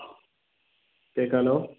കേൾക്കാലോ